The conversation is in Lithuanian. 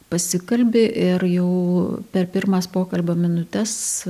pasikalbi ir jau per pirmas pokalbio minutes